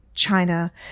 China